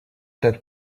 that